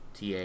TA